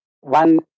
One